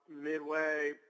midway